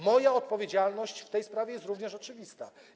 Moja odpowiedzialność w tej sprawie jest również oczywista.